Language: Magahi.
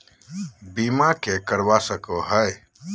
बीमा के करवा सको है?